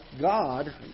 God